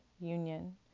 union